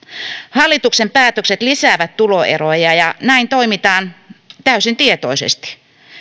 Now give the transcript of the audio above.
hallituksen päätökset lisäävät tuloeroja ja näin toimitaan täysin tietoisesti